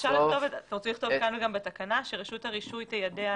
אתה רוצה לכתוב גם בתקנה שרשות הרישוי תיידע?